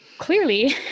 Clearly